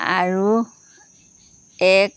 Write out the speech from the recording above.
আৰু এক